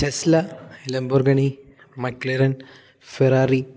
Tesla Lamborghini McLaren Ferrari